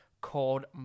called